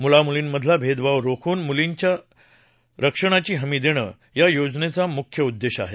मुला मुलींमधला भेदभाव रोखून मुलींच्या रक्षणाची हमी देणं हा या योजनेचा मुख्य उद्देश आहे